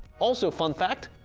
also fun fact!